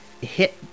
hit